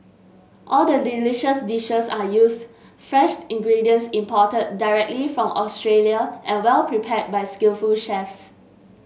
all the delicious dishes are used fresh ingredients imported directly from Australia and well prepared by skillful chefs